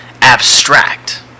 abstract